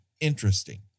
interesting